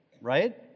Right